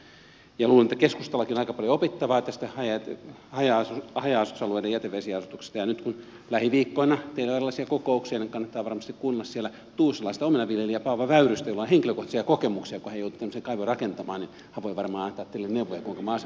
luulen että keskustallakin on aika paljon opittavaa tästä haja asutusalueiden jätevesiasetuksesta ja nyt kun lähiviikkoina teillä on erilaisia kokouksia niin kannattaa varmasti kuunnella siellä tuusulalaista omenanviljelijää paavo väyrystä jolla on henkilökohtaisia kokemuksia kun hän joutui tämmöisen kaivon rakentamaan niin hän voi varmaan antaa teille neuvoja kuinka maaseutuolot pidetään asuttuna